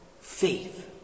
Faith